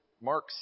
Mark